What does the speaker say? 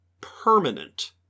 permanent